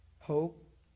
hope